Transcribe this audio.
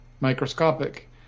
microscopic